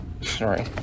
sorry